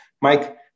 Mike